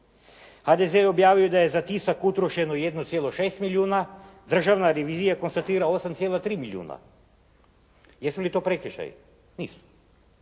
HDZ je objavio da je za tisak utrošeno 1,6 milijuna, državna revizija konstatira 8,3 milijuna. Jesu li to prekršaji? Nisu.